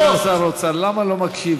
אדוני סגן שר האוצר, למה לא מקשיב?